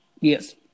Yes